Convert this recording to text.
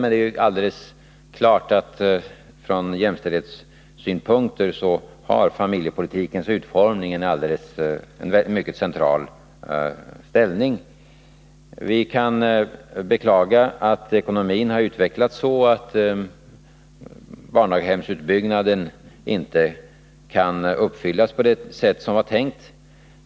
Men det är alldeles klart att från jämställdhetssynpunkter har familjepolitikens utformning en mycket central ställning. Vi kan beklaga att ekonomin har utvecklats så att barndaghemsutbyggnaden inte kan ske på det sätt som var tänkt.